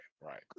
right